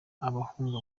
abahungu